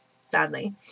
sadly